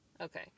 Okay